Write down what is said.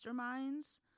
Masterminds